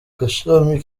gashami